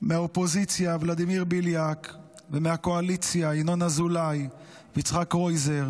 מהאופוזיציה ולדימיר בליאק ומהקואליציה ינון אזולאי ויצחק קרויזר,